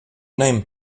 name